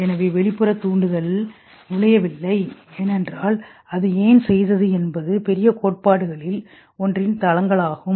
எனவே வெளிப்புற தூண்டுதல் நுழையவில்லை ஏனென்றால் அது ஏன் செய்தது என்பது பெரிய கோட்பாடுகளில் ஒன்றின் தளங்களாகும்